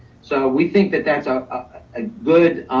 so we think that that's ah a good